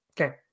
Okay